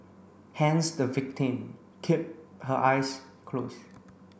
hence the victim kept her eyes closed